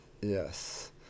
Yes